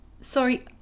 Sorry